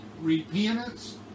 repentance